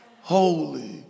Holy